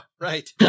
Right